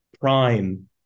Prime